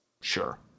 Sure